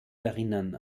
erinnern